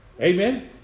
Amen